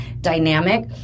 dynamic